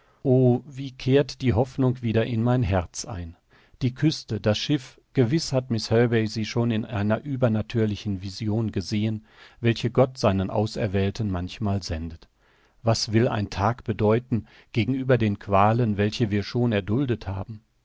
wie kehrt die hoffnung wieder in mein herz ein die küste das schiff gewiß hat miß herbey sie schon in einer übernatürlichen vision gesehen welche gott seinen auserwählten manchmal sendet was will ein tag bedeuten gegenüber den qualen welche wir schon erduldet haben